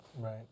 Right